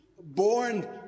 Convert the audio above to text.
born